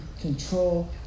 control